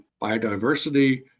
biodiversity